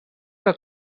que